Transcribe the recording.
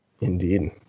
Indeed